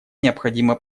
необходимо